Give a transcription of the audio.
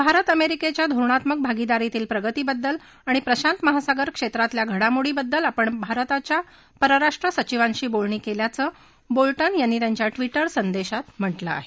भारत अमेरिकेच्या धोरणात्मक भागीदारीतल्या प्रगतीबदल आणि प्रशांत महासागर क्षेत्रातल्या घडामोडींबदल आपण भारताच्या पस्राष्ट्रसचीवांशी बोलणी केल्याचं बोल्टन यांनी यांच्या ट्विटर संदेशात म्हटलं आहे